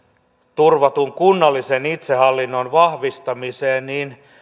turvatun kunnallisen itsehallinnon vahvistamiseen ja